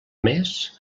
més